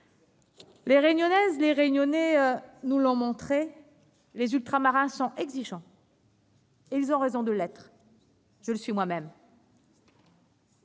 les Réunionnaises et les Réunionnais nous l'ont montré, les Ultramarins sont exigeants. Et ils ont raison de l'être ! Je le suis moi-même.